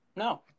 No